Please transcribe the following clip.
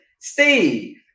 steve